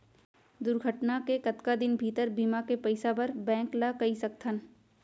दुर्घटना के कतका दिन भीतर बीमा के पइसा बर बैंक ल कई सकथन?